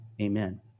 amen